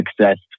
success